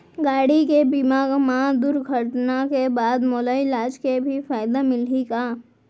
गाड़ी के बीमा मा दुर्घटना के बाद मोला इलाज के भी फायदा मिलही का?